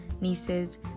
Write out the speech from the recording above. nieces